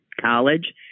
college